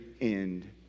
end